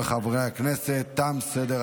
להלן תוצאות